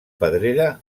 pedrera